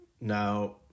now